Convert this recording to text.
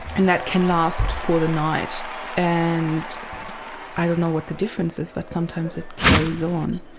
and that can last for the night and i don't know what the difference is, but sometimes it carries on,